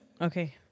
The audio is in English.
Okay